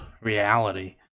reality